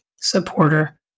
supporter